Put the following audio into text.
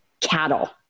cattle